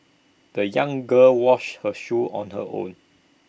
the young girl washed her shoes on her own